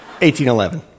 1811